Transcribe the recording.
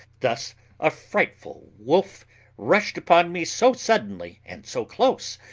thus a frightful wolf rushed upon me so suddenly, and so close,